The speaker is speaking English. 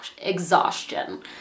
exhaustion